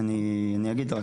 רק אגיד,